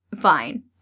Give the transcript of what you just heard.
fine